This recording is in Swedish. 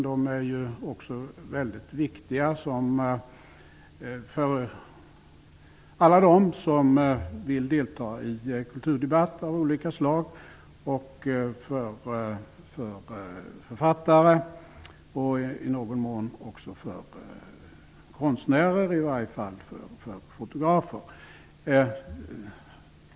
De är också väldigt viktiga för alla dem som vill delta i kulturdebatt av olika slag, för författare och i någon mån också för konstnärer -- i varje fall för fotografer.